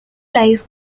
lies